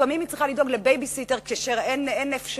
לפעמים היא צריכה לדאוג לבייביסיטר כשאין אפשרות,